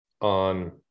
on